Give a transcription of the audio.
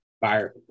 fire